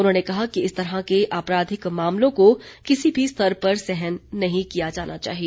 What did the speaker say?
उन्होंने कहा कि इस तरह के आपराधिक मामलों को किसी भी स्तर पर सहन नहीं किया जाना चाहिए